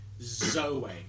Zoe